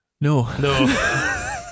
No